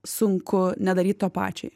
sunku nedaryt to pačiai